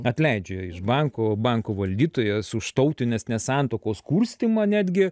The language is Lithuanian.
atleidžia iš banko banko valdytojas už tautinės nesantaikos kurstymą netgi